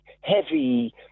heavy